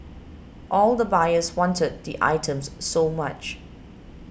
all the buyers wanted the items so much